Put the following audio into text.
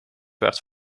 werd